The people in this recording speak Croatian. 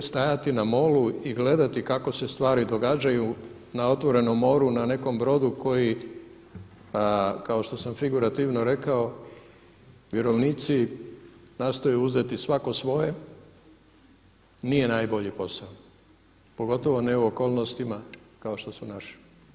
Jer stajati na molu i gledati kako se stvari događaju na otvorenom moru na nekom brodu koji kao što sam figurativno rekao, vjerovnici nastoje uzeti svako svoje, nije najbolji posao, pogotovo ne u okolnostima kao što su naše.